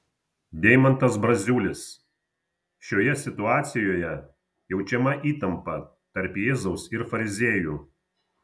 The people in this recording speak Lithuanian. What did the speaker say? deimantas braziulis šioje situacijoje jaučiama įtampa tarp jėzaus ir fariziejų